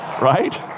right